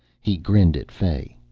he grinned at fay.